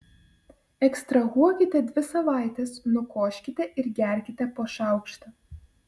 ekstrahuokite dvi savaites nukoškite ir gerkite po šaukštą